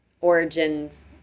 origins